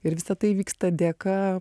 ir visa tai vyksta dėka